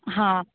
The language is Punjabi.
ਹਾਂ